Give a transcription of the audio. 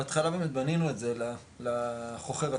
בהתחלה באמת בנינו את זה לחוכר עצמו,